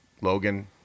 Logan